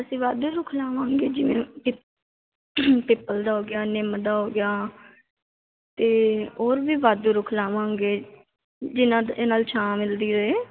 ਅਸੀਂ ਵਾਧੂ ਰੁੱਖ ਲਾਵਾਂਗੇ ਜਿਵੇਂ ਪਿ ਪਿੱਪਲ ਦਾ ਹੋ ਗਿਆ ਨਿਮ ਦਾ ਹੋ ਗਿਆ ਅਤੇ ਹੋਰ ਵੀ ਵਾਧੂ ਰੁੱਖ ਲਵਾਂਗੇ ਜਿਹਨਾਂ ਦੀ ਇਹ ਨਾਲ ਦੀ ਛਾਂ ਮਿਲਦੀ ਰਹੇ